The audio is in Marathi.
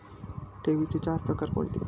ठेवींचे चार प्रकार कोणते?